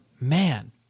Man